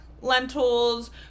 lentils